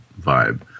vibe